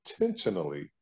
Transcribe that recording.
intentionally